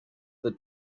the